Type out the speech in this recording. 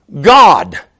God